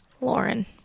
Lauren